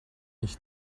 ich